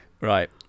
Right